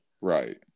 Right